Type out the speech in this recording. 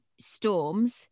storms